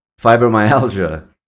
fibromyalgia